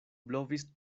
blovis